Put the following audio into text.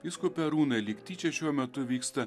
vyskupe arūnai lyg tyčia šiuo metu vyksta